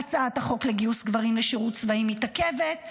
הצעת החוק לגיוס גברים לשירות צבאי מתעכבת,